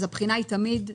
אז הבחינה היא תמיד אחורה?